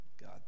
God